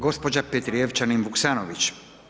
Gospođa Petrijevčanin- Vuksanović.